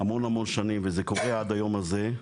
המון המון שנים וזה קורה עד היום הזה,